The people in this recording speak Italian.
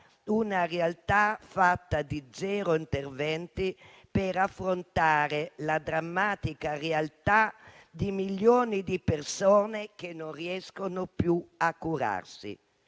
una realtà fatta di zero interventi per affrontare la drammatica realtà di milioni di persone che non riescono più a curarsi.